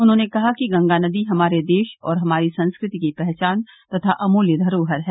उन्होंने कहा कि गंगा नदी हमारे देश और हमारी संस्कृति की पहचान तथा अमूल्य धरोहर है